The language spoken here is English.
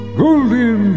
golden